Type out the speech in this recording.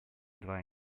два